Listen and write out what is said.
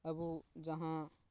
ᱟᱵᱚ ᱡᱟᱦᱟᱸ